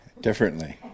differently